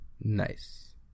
Nice